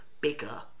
bigger